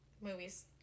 movies